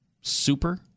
Super